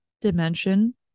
dimension